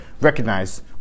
recognize